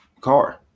car